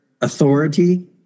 authority